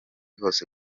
hose